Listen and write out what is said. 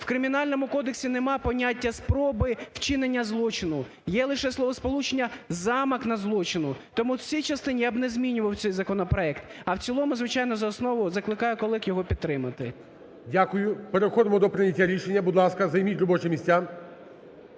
В Кримінальному кодексі нема поняття "спроби вчинення злочину", є лише словосполучення "замах на злочин". Тому в цій частині я б не змінював цей законопроект. А в цілому, звичайно, за основу закликаю колег його підтримати. ГОЛОВУЮЧИЙ. Дякую. Переходимо до прийняття рішення. Будь ласка, займіть робочі місця.